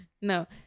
No